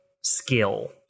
skill